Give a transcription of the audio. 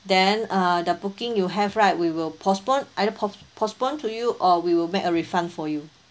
then uh the booking you have right we will postpone either post~ postpone to you or we will make a refund for you